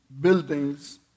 buildings